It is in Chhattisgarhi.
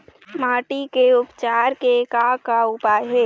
माटी के उपचार के का का उपाय हे?